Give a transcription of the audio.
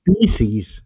species